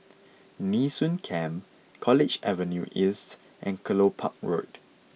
Nee Soon Camp College Avenue East and Kelopak Road